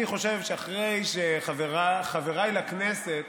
אני חושב שאחרי שחבריי לכנסת